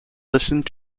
listened